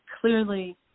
clearly